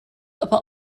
aber